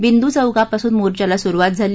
बिंदू चौकापासून मोर्चाला सुरूवात झाली